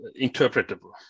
interpretable